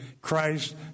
Christ